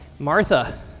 martha